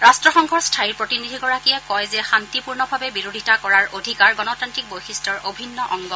ৰাট্টসংঘৰ স্থায়ী প্ৰতিনিধিগৰাকীয়ে কয় যে শান্তিপূৰ্ণভাৱে বিৰোধিতা কৰাৰ অধিকাৰ গণতান্ত্ৰিক বৈশিষ্ট্যৰ অভিন্ন অংগ